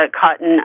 cotton